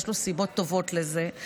ויש לו סיבות טובות לזה.